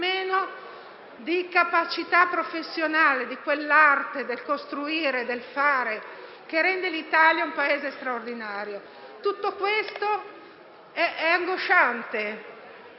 di capacità professionale, di quell'arte del costruire, del fare, che rende l'Italia un Paese straordinario. Tutto questo è angosciante. Prima